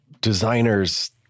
designers –